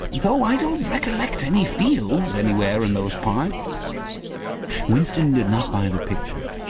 though i don't recollect any fields anywhere in those parts winston did not buy the picture.